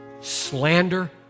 slander